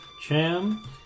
Cham